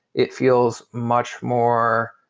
it feels much more